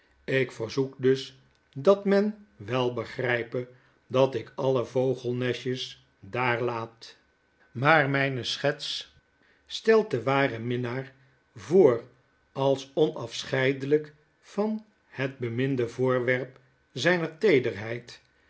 ik verzoek dus dat men wel begrijpe dat ik alle vogelnestjes dar laat maar myne schets stelt den waren minnaar voor als onafscheidelp van het bemindevoorwerp zyner teederheid